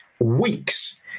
weeks